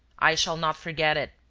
i shall not forget it.